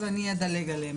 אז אני אדלג עליהם.